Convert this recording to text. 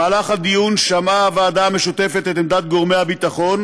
בדיון שמעה הוועדה המשותפת את עמדת גורמי הביטחון.